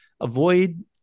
avoid